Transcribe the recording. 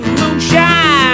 moonshine